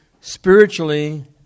spiritually